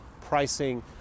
pricing